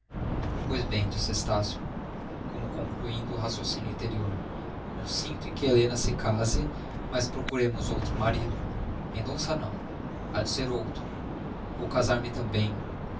pois bem disse estácio como concluindo um raciocínio interior consinto em que helena se case mas procuremos outro marido mendonça não há de ser outro vou casar-me também